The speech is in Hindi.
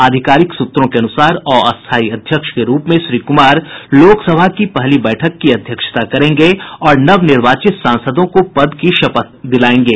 आधिकारिक सूत्रों के अनुसार अस्थाई अध्यक्ष के रूप में श्री कुमार लोकसभा की पहली बैठक की अध्यक्षता करेंगे और नव निर्वाचित सांसदों को पद की शपथ दिलाएंगे